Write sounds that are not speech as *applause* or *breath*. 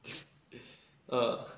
*noise* *breath* uh